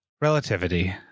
Relativity